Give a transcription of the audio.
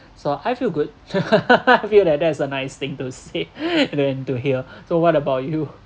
so I feel good feel that that is a nice thing to say then to hear so what about you